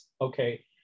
okay